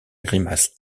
grimace